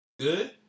good